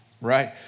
Right